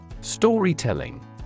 Storytelling